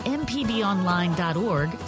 mpbonline.org